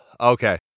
okay